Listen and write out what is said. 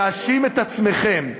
תאשימו את עצמכם.